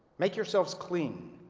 make yourself clean.